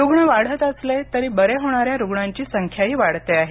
रुग्ण वाढत असले तरी बरे होणाऱ्या रुग्णांची संख्याही वाढते आहे